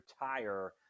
retire